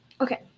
Okay